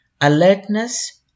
Alertness